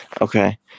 Okay